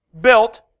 built